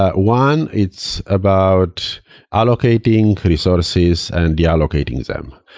ah one, it's about allocating resources and reallocating them.